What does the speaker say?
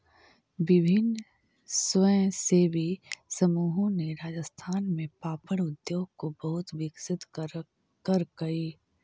विभिन्न स्वयंसेवी समूहों ने राजस्थान में पापड़ उद्योग को बहुत विकसित करकई